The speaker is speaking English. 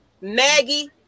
Maggie